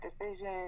decision